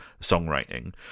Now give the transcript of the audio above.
songwriting